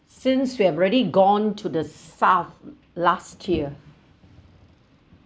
since we have already gone to the south last year